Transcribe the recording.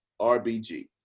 RBG